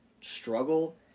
struggle